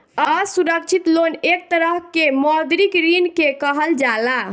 असुरक्षित लोन एक तरह के मौद्रिक ऋण के कहल जाला